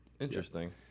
Interesting